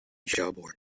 shelburne